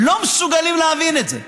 לא מסוגלים להבין את זה,